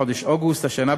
בחודש אוגוסט השנה,